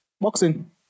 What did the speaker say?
Boxing